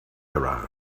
around